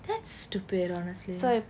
that's stupid honestly